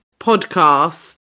Podcast